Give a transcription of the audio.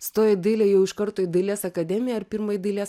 stojai į dailę jau iš karto į dailės akademiją ar pirma į dailės